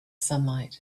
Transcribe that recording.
sunlight